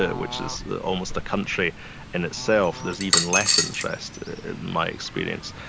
ah which is almost a country in itself, there's even less interest, in my experience.